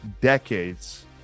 decades